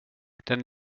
den